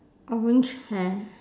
orange hair